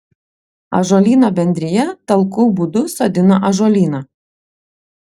ąžuolyno bendrija talkų būdu sodina ąžuolyną